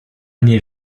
nie